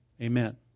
Amen